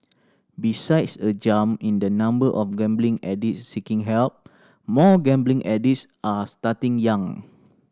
besides a jump in the number of gambling addicts seeking help more gambling addicts are starting young